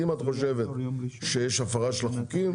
אם את חושבת שיש הפרה של החוקים,